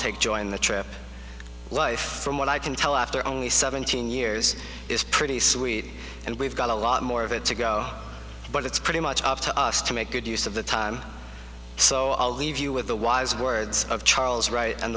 take joy in the trip life from what i can tell after only seventeen years is pretty sweet and we've got a lot more of it to go but it's pretty much up to us to make good use of the time so i'll leave you with the wise words of charles wright and